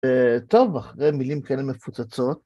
טוב, אחרי מילים כאלה מפוצצות.